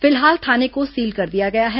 फिलहाल थाने को सील कर दिया गया है